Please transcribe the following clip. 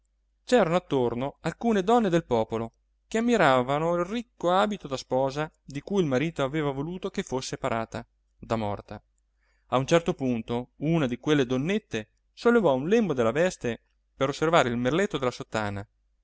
c'erano attorno alcune donne del popolo che ammiravano il ricco abito da sposa di cui il marito aveva voluto che fosse parata da morta a un certo punto una di quelle donnette sollevò un lembo della veste per osservare il merletto della sottana